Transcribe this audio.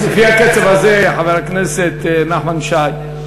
לפי הקצב הזה, חבר הכנסת נחמן שי,